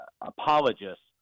apologists